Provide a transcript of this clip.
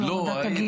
של הורדת הגיל?